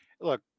look